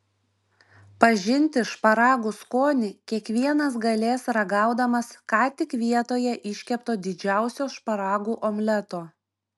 pažinti šparagų skonį kiekvienas galės ragaudamas ką tik vietoje iškepto didžiausio šparagų omleto